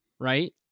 Right